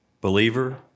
Believer